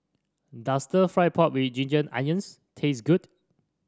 does stir fry pork with Ginger Onions taste good